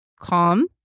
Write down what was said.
calm